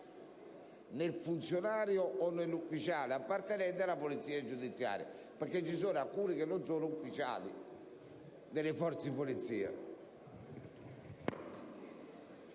nel funzionario o nell'ufficiale appartenenti alla polizia giudiziaria». Vi sono infatti alcuni che non sono ufficiali nelle forze di polizia.